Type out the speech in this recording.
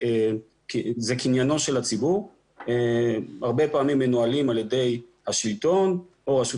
זה קניינו של הציבור שהרבה פעמים מנוהלים על ידי השלטון או רשות